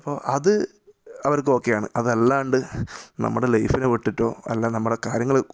അപ്പോൾ അത് അവർക്ക് ഓക്കേ ആണ് അതല്ലാണ്ട് നമ്മുടെ ലൈഫിനെ വിട്ടിട്ടോ അല്ല നമ്മുടെ കാര്യങ്ങൾ